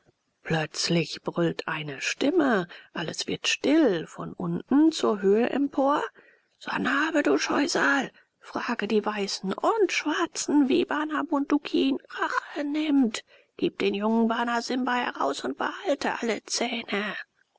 plötzlich brüllt eine stimme alles wird still von unten zur höhe empor sanhabe du scheusal frage die weißen und schwarzen wie bana bunduki rache nimmt gib den jungen bana simba heraus und behalte alle zähne